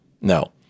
No